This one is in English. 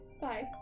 bye